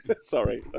Sorry